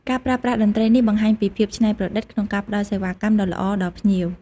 ការប្រើប្រាស់តន្ត្រីនេះបង្ហាញពីភាពច្នៃប្រឌិតក្នុងការផ្តល់សេវាកម្មដ៏ល្អដល់ភ្ញៀវ។